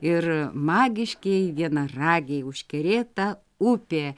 ir magiškieji vienaragiai užkerėta upė